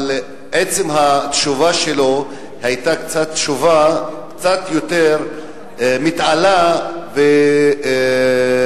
אבל עצם התשובה שלו היתה קצת תשובה יותר מתעלה וכאילו